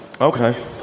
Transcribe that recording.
Okay